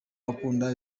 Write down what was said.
akunda